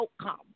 outcome